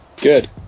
Good